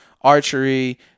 archery